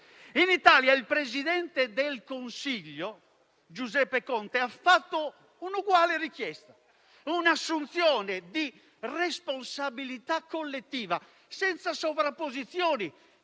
In Italia, il presidente del Consiglio Giuseppe Conte ha fatto un'analoga richiesta: un'assunzione di responsabilità collettiva, senza sovrapposizioni,